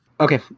Okay